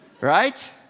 right